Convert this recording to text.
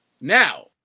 Now